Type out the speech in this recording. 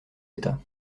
état